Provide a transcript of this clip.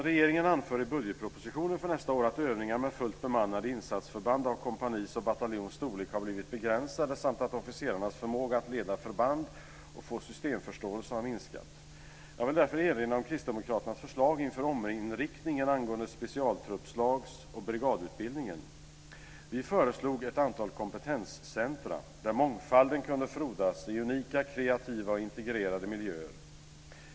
Regeringen anför i budgetpropositionen för nästa år att övningar med fullt bemannade insatsförband av kompanis och bataljons storlek har blivit begränsade samt att officerarnas förmåga att leda förband och få systemförståelse har minskat. Jag vill därför erinra om kristdemokraternas förslag inför ominriktningen angående specialtruppslags och brigadutbildningen. Vi föreslog ett antal kompetenscentrum där mångfalden kunde frodas i unika, kreativa och integrerade miljöer.